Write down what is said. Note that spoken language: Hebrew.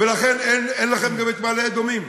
ולכן אין לכם גם את מעלה-אדומים.